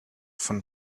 von